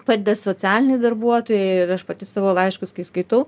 padeda socialiniai darbuotojai ir aš pati savo laiškus kai skaitau